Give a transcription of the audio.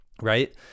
right